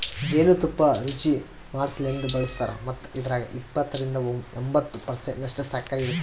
ಜೇನು ತುಪ್ಪ ರುಚಿಮಾಡಸಲೆಂದ್ ಬಳಸ್ತಾರ್ ಮತ್ತ ಇದ್ರಾಗ ಎಪ್ಪತ್ತರಿಂದ ಎಂಬತ್ತು ಪರ್ಸೆಂಟನಷ್ಟು ಸಕ್ಕರಿ ಇರ್ತುದ